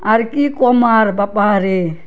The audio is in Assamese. আৰু কি ক'ম আৰ বাপ্পাহাৰে